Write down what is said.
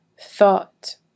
thought